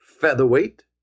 featherweight